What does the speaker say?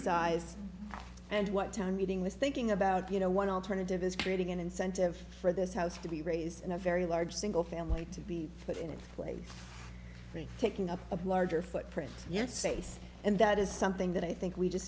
size and what town meeting was thinking about you know one alternative is creating an incentive for this house to be raised in a very large single family to be put in its place taking up a larger footprint yes ace and that is something that i think we just